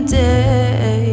day